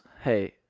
Hey